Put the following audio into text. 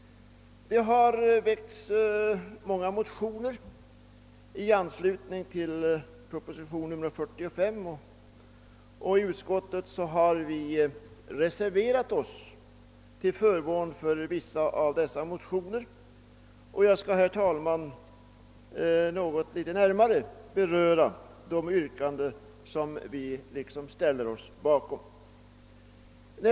Det har väckts många motioner i anslutning till proposition nr 45, och i utskottet har vi reserverat oss till förmån för vissa av dessa motioner. Jag skall här, herr talman, litet närmare beröra de yrkanden som vi därmed ställer oss bakom.